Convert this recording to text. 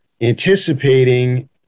anticipating